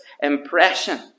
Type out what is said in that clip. impression